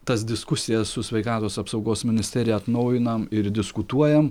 tas diskusijas su sveikatos apsaugos ministerija atnaujinam ir diskutuojam